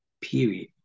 Period